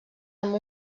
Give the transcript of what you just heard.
amb